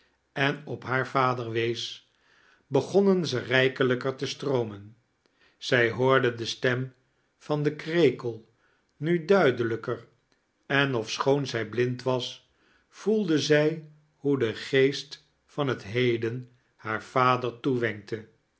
en op haar vader wees begonnen ze rijkelijker te stroomen zij hoorde de stem van den krekel nu duidelijker en ofschoon zij blind was voelde zij hoe de geest van het heden haar vader toewenkte